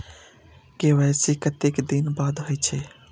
KYC कतेक दिन बाद होई छै?